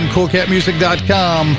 Coolcatmusic.com